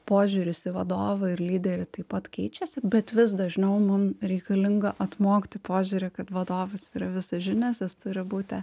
požiūris į vadovą ir lyderį taip pat keičiasi bet vis dažniau mum reikalinga atmokti požiūrį kad vadovas yra visažinis jis turi būti